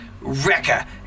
Wrecker